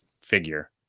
figure